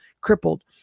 crippled